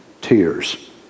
Tears